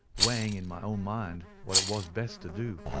weighing in my own mind what it was best to do.